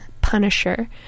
Punisher